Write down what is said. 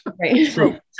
right